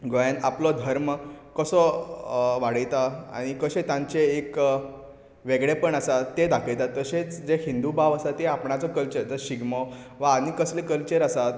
गोंयान आपलो धर्म कसो वाडयता आनी कशें तांचें एक वेगळेपण आसा तें दाखयता तशेंच जे हिंदू भाव आसा ते आपणाचो कल्चर धर शिगमो वा आनी कसले कल्चर आसात